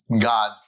God